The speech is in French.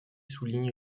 souligne